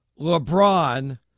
LeBron